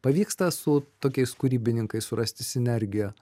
pavyksta su tokiais kūrybininkais surasti sinergiją